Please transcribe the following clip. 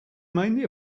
mainly